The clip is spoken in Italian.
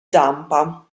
zampa